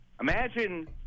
Imagine